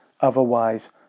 otherwise